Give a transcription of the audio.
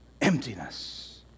Emptiness